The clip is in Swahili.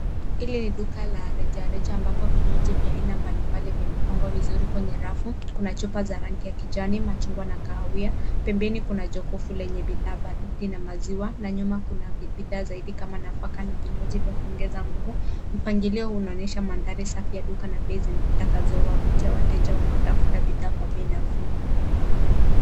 Hili ni duka la rejareja ambapo vinywaji vya aina mbali mbali vimepangwa vizuri kwenye rafu. Kuna chupa za rangi ya kijani, machungwa, na kahawia. Pembeni kuna jokovu lenye bidhaa baridi na maziwa, na nyuma kuna bidhaa zaidi kama nafaka na viywaji vya kuongeza nguvu. Mpangilio unaonyesha mandhari safi ya duka na bei zitakazowavutia wateja wanaotafuta bidhaa kwa bei nafuu.